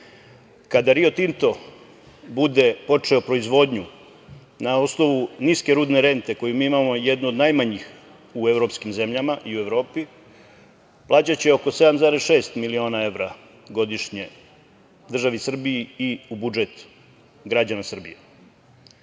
Kada "Rio Tinto" bude počeo proizvodnju na osnovu niske rudne rente koju mi imamo, jednu od najmanjih u evropskim zemljama i u Evropi, plaćaće oko 74,6 miliona evra godišnje državi Srbiji i u budžet građana Srbije.